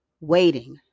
Waiting